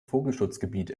vogelschutzgebiet